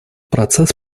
процесс